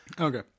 Okay